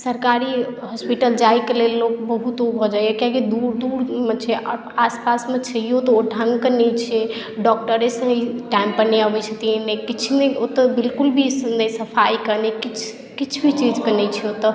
सरकारी हॉस्पिटल जाइके लेल लोक बहुत ओ भऽ जाइए किएक कि दूर दूरमे छै आर आस पासमे छैहो तऽ ओ ढङ्गके नहि छै डॉक्टरे सही टाइमपर नहि अबय छथिन ने किछु ने ओतोऽ बिलकुल भी ने सफाइके ने किछु किछौ चीजके नहि छै ओतोऽ